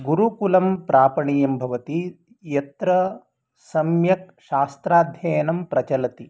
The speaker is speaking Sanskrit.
गुरुकुलं प्रापणीयं भवति यत्र सम्यक् शास्त्राध्ययनं प्रचलति